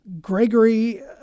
Gregory